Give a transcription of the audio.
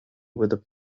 with